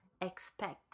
expect